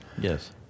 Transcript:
Yes